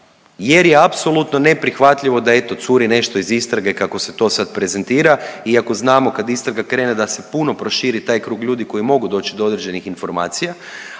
jer je apsolutno neprihvatljivo da, eto, curi nešto iz istrage, kako se to sad prezentira, iako znamo kad istraga krene da se puno proširi taj krug ljudi koji mogu doći do određenih informacija,